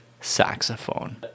saxophone